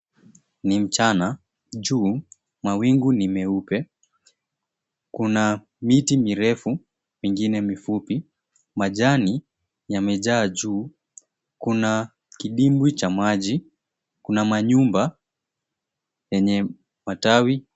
Ni mchana, juu mawingu ni meupe. Kuna miti mirefu mingine mifupi. Majani, yamejaa juu. Kuna kidimbwi cha maji, kuna manyumba yenye matawi.